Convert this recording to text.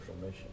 mission